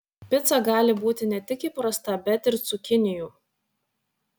pica gali būti ne tik įprasta bet ir cukinijų